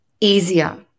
easier